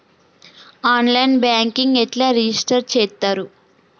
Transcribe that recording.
On line banking ఎట్లా register చేత్తరు?